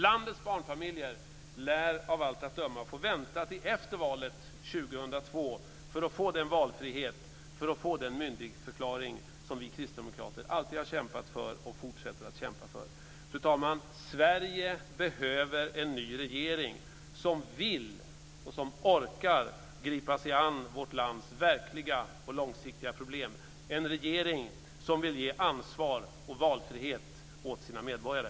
Landets barnfamiljer lär av allt att döma få vänta till efter valet 2002 för att få den valfrihet och för att få den myndigförklaring som vi kristdemokrater alltid har kämpat för och fortsätter att kämpa för. Fru talman! Sverige behöver en ny regering som vill och orkar gripa sig an vårt lands verkliga och långsiktiga problem, en regering som vill ge ansvar och valfrihet åt sina medborgare.